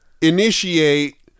initiate